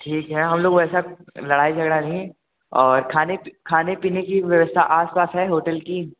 ठीक है हम लोग वैसे लड़ाई झगड़ा नहीं और खाने की खाने पीने की व्यवस्था आस पास है होटल की